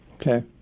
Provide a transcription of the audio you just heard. Okay